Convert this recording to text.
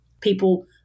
People